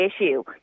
issue